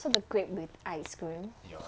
so the grape with ice cream